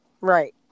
Right